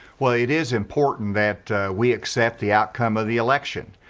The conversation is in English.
well, it is important that we accept the out-connell of the election.